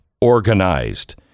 organized